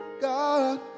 God